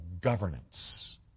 governance